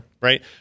right